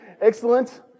Excellent